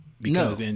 No